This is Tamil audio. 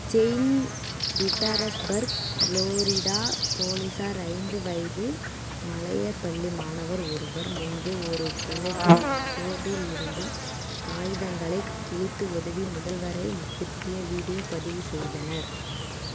செயின்ட் பீட்டாரஸ்பர்க் புளோரிடா போலீசார் ஐந்து வயது மலையர் பள்ளி மாணவர் ஒருவர் முன்பு ஒரு புல்லட்டின் போர்டில் இருந்து காகிதங்களை கிழித்து உதவி முதல்வரை குத்திய வீடியோ பதிவு செய்தனர்